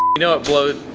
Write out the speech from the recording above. know it blow.